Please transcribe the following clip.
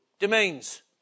Domains